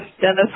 Dennis